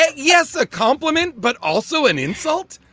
yeah yes. a compliment, but also an insult.